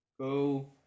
go